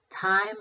time